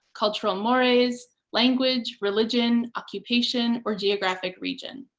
cultural mores, language, religion, occupation, or geographic region.